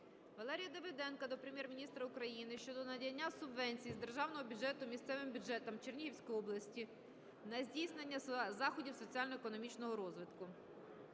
Валерія Давиденка до Прем'єр-міністра України щодо надання субвенції з державного бюджету місцевим бюджетам Чернігівської області на здійснення заходів соціально-економічного розвитку.